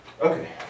Okay